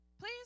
Please